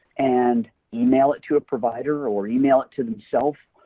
and email it to a provider or email it to themself,